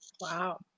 wow